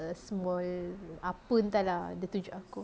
a small apa entah lah dia tunjuk aku